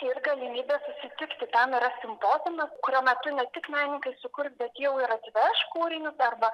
ir galimybę susitikti tam yra simpoziumas kurio metu ne tik menininkai sukurs bet jau ir atveš kūrinius arba